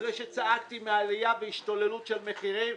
אחרי שצעקתי על עלייה והשתוללות מחירים,